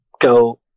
go